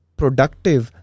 productive